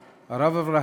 הרב משה טברסקי,